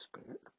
Spirit